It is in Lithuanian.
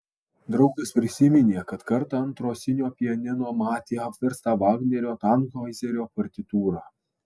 draugas prisiminė kad kartą ant rosinio pianino matė apverstą vagnerio tanhoizerio partitūrą